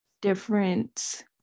different